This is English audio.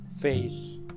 face